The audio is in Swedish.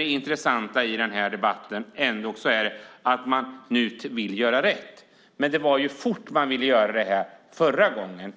intressanta i den här debatten är ändå att man nu vill göra rätt. Förra gången ville man dock göra detta fort.